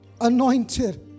anointed